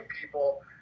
people